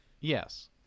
Yes